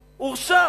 הורשע.